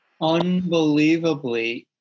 unbelievably